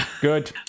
Good